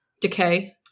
decay